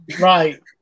Right